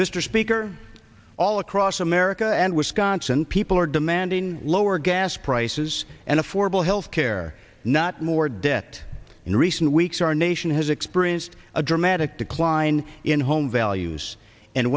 mr speaker all across america and wisconsin people are demanding lower gas prices and affordable health care not more debt in recent weeks our nation has experienced a dramatic decline in home values and